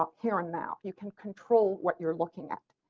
um here and now. you can control what you're looking at.